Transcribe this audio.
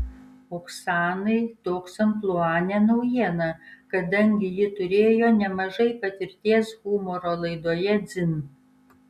oksanai toks amplua ne naujiena kadangi ji turėjo nemažai patirties humoro laidoje dzin